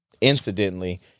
incidentally